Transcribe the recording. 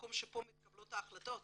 במקום שבו מתקבלות ההחלטות